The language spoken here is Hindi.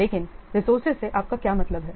लेकिन रिसोर्सेज से आपका क्या मतलब है